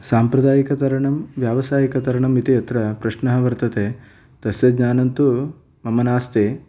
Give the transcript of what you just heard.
साम्प्रदायिकतरणं व्यावसायिकतरणम् इति अत्र प्रश्नः वर्तते तस्य ज्ञानं तु मम नास्ति